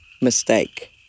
Mistake